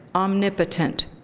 omnipotent,